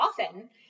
often